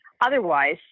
Otherwise